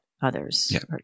others